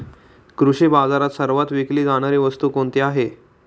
कृषी बाजारात सर्वात विकली जाणारी वस्तू कोणती आहे?